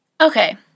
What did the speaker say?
Okay